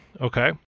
okay